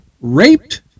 raped